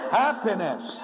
happiness